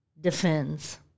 defends